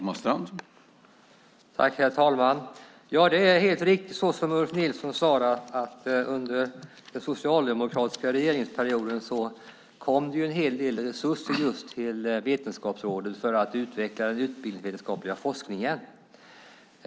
Herr talman! Ja, det är helt riktigt, som Ulf Nilsson sade, att under den socialdemokratiska regeringsperioden kom det en hel del resurser just till Vetenskapsrådet för att utveckla den utbildningsvetenskapliga forskningen.